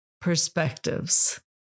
perspectives